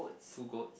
two goats